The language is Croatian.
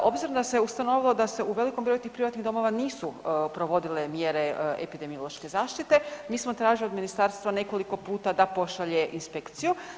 S obzirom da se ustanovilo da se u velikom broju tih privatnih domova nisu provodile mjere epidemiološke zaštite, mi smo tražili od ministarstva nekoliko puta da pošalje inspekciju.